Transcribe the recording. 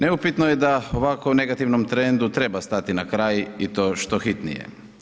Neupitno je da ovako negativnom trendu treba stati na kraj i to što hitnije.